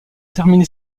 terminé